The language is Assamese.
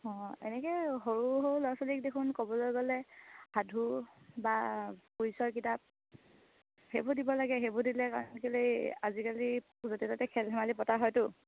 অঁ এনেকৈ সৰু সৰু ল'ৰা ছোৱালীক দেখোন ক'বলৈ গ'লে সাধু বা পৰিচয় কিতাপ সেইবোৰ দিব লাগে সেইবোৰ দিলে কাৰণ কেলৈ আজিকালি য'তে ত'তে খেল ধেমালি পতা হয়তো